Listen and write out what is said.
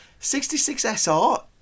66sr